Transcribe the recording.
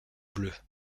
bleues